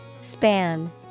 Span